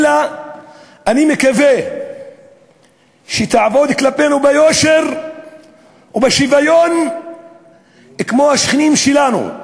אלא אני מקווה שתעבוד כלפינו ביושר ובשוויון כמו עם השכנים שלנו.